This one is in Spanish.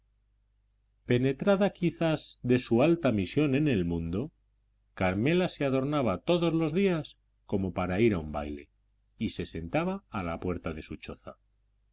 penetrada quizás de su alta misión en el mundo carmela se adornaba todos los días como para ir a un baile y se sentaba a la puerta de su choza